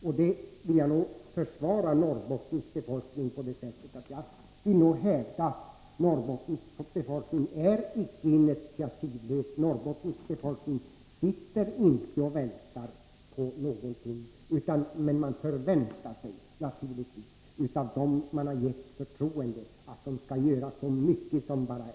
Och jag vill försvara Norrbottens befolkning genom att hävda, att befolkningen i Norrbotten är icke initiativlös. Norrbottens befolkning sitter inte bara och väntar på någonting, men man förväntar sig naturligtvis av dem som man givit förtroendet att representera Norrbotten, att de skall göra så mycket som möjligt.